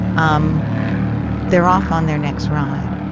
um they're off on their next ride.